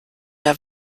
der